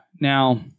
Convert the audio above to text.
Now